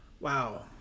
Wow